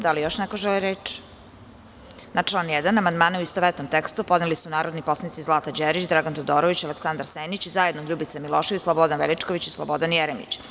Da li još neko želi reč? (Ne) Na član 1. amandmane u istovetnom tekstu podneli su narodni poslanici Zlata Đerić, Dragan Todorović, Aleksandar Senić i zajedno Ljubica Milošević, Slobodan Veličković i Slobodan Jeremić.